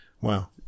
wow